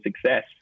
success